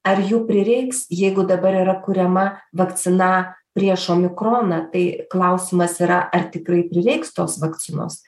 ar jų prireiks jeigu dabar yra kuriama vakcina prieš omikroną tai klausimas yra ar tikrai prireiks tos vakcinos